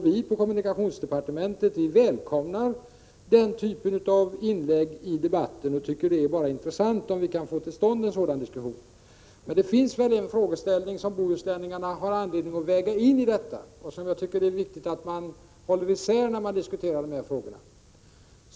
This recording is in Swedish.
Vi på kommunikationsdepartementet välkomnar den typen av inlägg i debatten och tycker att det bara är intressant om vi kan få till stånd en sådan diskussion. Men det finns väl en frågeställning som bohuslänningarna har anledning att väga in i detta. I det sammanhanget tycker jag att det är viktigt att man håller isär begreppen när man diskuterar de här frågorna.